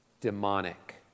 demonic